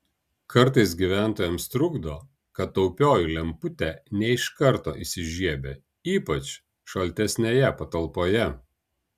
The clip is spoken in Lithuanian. kartais gyventojams trukdo kad taupioji lemputė ne iškart įsižiebia ypač šaltesnėje patalpoje